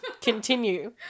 continue